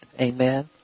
Amen